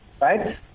right